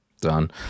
done